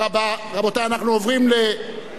אנחנו עוברים להצעות האי-אמון,